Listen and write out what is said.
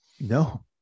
no